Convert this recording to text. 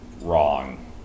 wrong